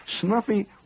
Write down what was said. Snuffy